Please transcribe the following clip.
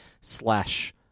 slash